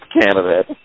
candidate